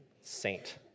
saint